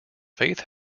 faith